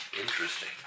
interesting